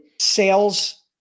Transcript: sales